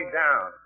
down